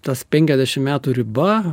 tas penkiasdešim metų riba